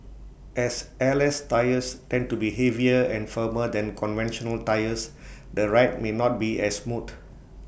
as airless tyres tend to be heavier and firmer than conventional tyres the ride may not be as smooth